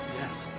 yes.